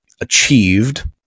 achieved